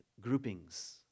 groupings